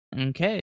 Okay